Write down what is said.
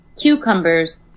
cucumbers